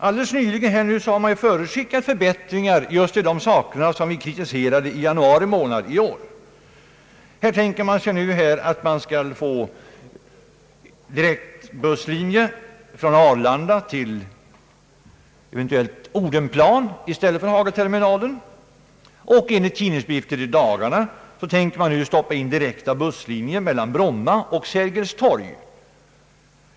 Alldeles nyligen förutsade man ju förbättringar just beträffande det vi kritiserade i januari i år. Här tänker man sig att det skall bli direkt busslinje från Arlanda till eventuellt Odenplan i stället för Hagaterminalen, och enligt tidningsuppgifter i dagarna tänker man nu stoppa in direkta busslinjer mellan Bromma och Sergels torg.